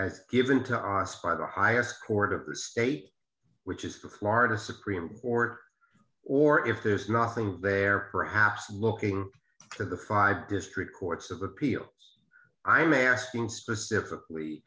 think given to us by the highest court of the state which is the florida supreme court or if there's nothing there perhaps looking to the five district courts of appeals i'm asking specifically